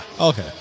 Okay